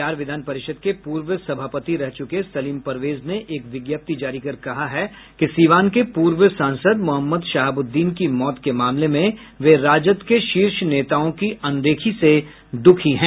बिहार विधान परिषद के पूर्व सभापति रह चुके सलीम परवेज ने एक विज्ञप्ति जारी कर कहा है कि सीवान के पूर्व सांसद मोहम्मद शहाबुद्दीन की मौत के मामले में वे राजद के शीर्ष नेताओं की अनदेखी से दुखी हैं